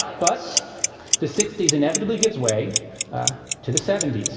but the sixty s inevitably gives way to the seventy s,